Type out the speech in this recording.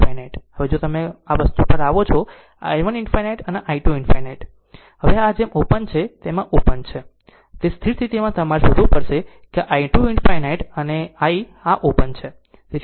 હવે જો તમે આ વસ્તુ આવો છો i 1 ∞ અને i 2 ∞ હવે આ જેમ આ ઓપન છે તેમ આ ઓપન છે અને આ પણ ઓપન છે અને તે સ્થિતિમાં તમારે એ શોધવું પડશે કે i 2 ∞ અને i આ ઓપન છું